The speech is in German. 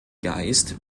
geist